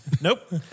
Nope